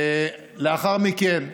לאחר מכן,